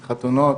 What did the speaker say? חתונות,